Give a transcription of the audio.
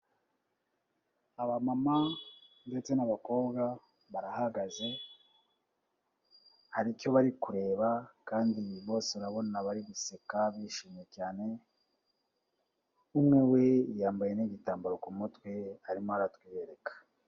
Aba mama ndetse n'abakobwa barahagaze, hari icyo bari kureba kandi bose urabona bari guseka bishimye cyane. Umwe we yambaye n'igitambaro ku mutwe arimo aratwiyereka.